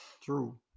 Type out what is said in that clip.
True